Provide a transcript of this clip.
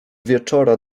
wieczora